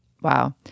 Wow